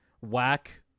whack